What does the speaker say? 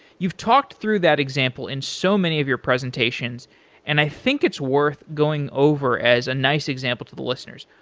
you've talked through that example in so many of your presentations and i think it's worth going over as a nice example to the listeners.